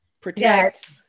Protect